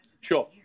Sure